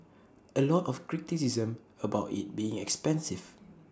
A lot of criticism about IT being expensive